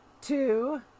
Two